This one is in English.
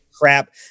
crap